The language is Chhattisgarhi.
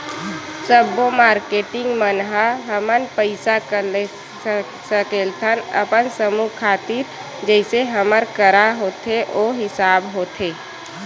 सब्बो मारकेटिंग मन ह हमन पइसा सकेलथन अपन समूह खातिर जइसे हमर करा होथे ओ हिसाब होथे